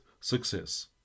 success